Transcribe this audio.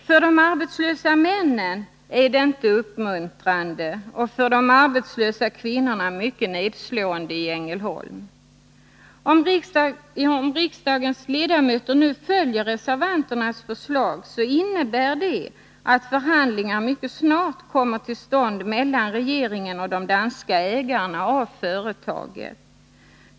För de arbetslösa männen är det inte uppmuntrande — för de arbetslösa kvinnorna mycket nedslående i Ängelholm. Om riksdagens ledamöter nu följer reservanternas förslag, innebär det att förhandlingar mycket snart kommer till stånd mellan regeringen och de danska ägarna av företaget.